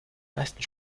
meisten